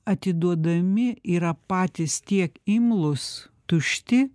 atiduodami yra patys tiek imlūs tušti